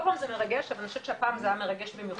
כל פעם זה מרגש אבל אני חושבת שהפעם זה מרגש במיוחד,